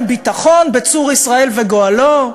אין לכם ביטחון בצור ישראל וגואלו.